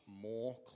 more